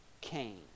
Cain